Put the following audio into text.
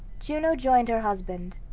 juno joined her husband,